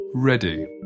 Ready